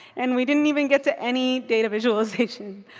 and we didn't even get to any data visualization.